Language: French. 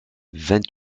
vingt